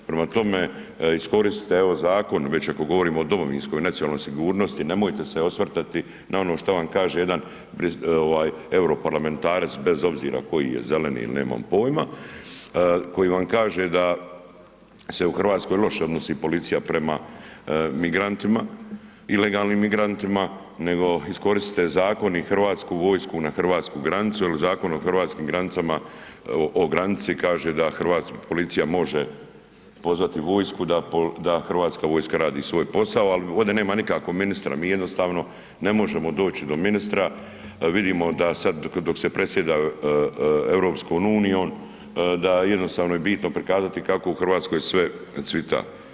Prema tome, iskoristite evo zakon već ako govorimo o domovinskoj i nacionalnoj sigurnosti, nemojte se osvrtati na ono što vam kaže jedan ovaj europarlamentarac bez obzira koji je zeleni ili nemam pojma, koji vam kaže da se u RH loše odnosi policija prema migrantima, ilegalnim migrantima, nego iskoristite zakon i Hrvatsku vojsku na hrvatsku granicu jel Zakon o hrvatskim granicama, granici kaže da hrvatska policija može pozvati vojsku, da Hrvatska vojska radi svoj posao, al ovde nema nikako ministra, mi jednostavno ne možemo doć do ministra, vidimo da sad dok se presjeda EU da jednostavno je bitno prikazati kako u RH sve cvita.